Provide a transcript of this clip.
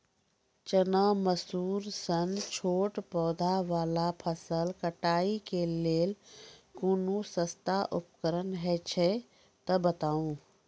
चना, मसूर सन छोट पौधा वाला फसल कटाई के लेल कूनू सस्ता उपकरण हे छै तऽ बताऊ?